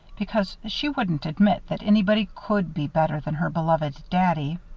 because she wouldn't admit that anybody could be better than her beloved daddy.